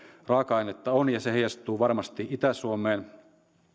raaka ainetta on ja se heijastuu varmasti itä suomeen